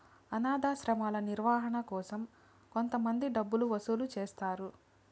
అనాధాశ్రమాల నిర్వహణ కోసం కొంతమంది డబ్బులు వసూలు చేస్తారు